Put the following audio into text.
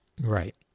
Right